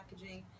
packaging